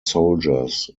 soldiers